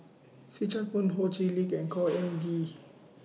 See Chak Mun Ho Chee Lick and Khor Ean Ghee